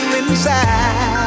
inside